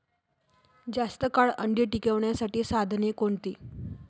जास्त काळ अंडी टिकवण्यासाठी साधने कोणती?